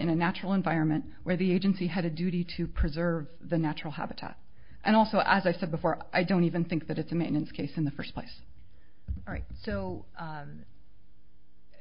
in a natural environment where the agency had a duty to preserve the natural habitat and also as i said before i don't even think that it's a maintenance case in the first place so